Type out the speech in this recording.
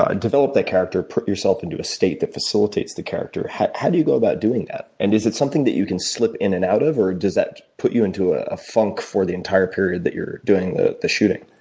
ah develop that character and put yourself into a state that facilitates the character, how how do you go about doing that? and is it something that you can slip in and out of, or does that put you into a funk for the entire period that you're doing the the shooting?